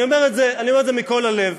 אני אומר את זה מכל הלב,